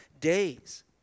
days